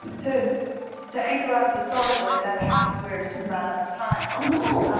to to anchor us historically, and then, alas, we are just about out of time. oh, no!